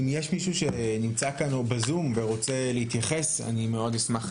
אם יש מישהו שנמצא כאן או בזום ורוצה להתייחס אני מאוד אשמח